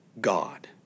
God